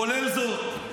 כולל זאת.